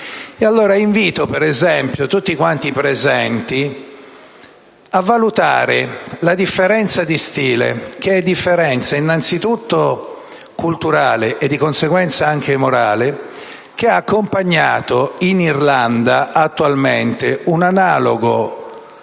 invito tutti i presenti a valutare la differenza di stile (che è differenza innanzitutto culturale e, di conseguenza, anche morale) che ha attualmente accompagnato in Irlanda un analogo